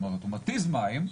הוא מתיז מים,